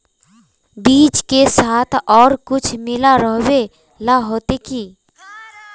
बीज के साथ आर कुछ मिला रोहबे ला होते की?